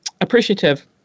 appreciative